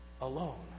alone